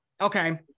Okay